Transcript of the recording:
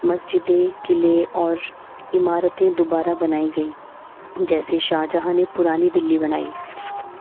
مسجدیں قلعے اور عمارتیں دوبارہ بنائی گئیں جیسے شاہ جہاں نے پرانی دلی بنائی